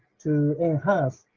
to enhance,